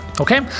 Okay